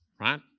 right